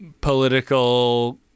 political